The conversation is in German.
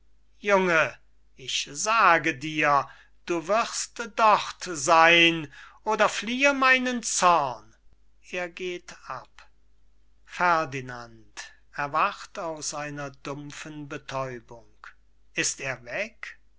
junge ich sage dir du wirst dort sein oder fliehe meinen zorn er geht ab ferdinand erwacht aus einer dumpfen betäubung ist er